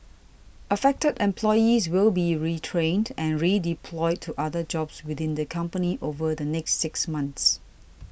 affected employees will be retrained and redeployed to other jobs within the company over the next six months